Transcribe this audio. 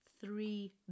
three